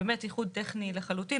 זה באמת איחוד טכני לחלוטין.